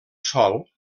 sol